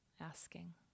asking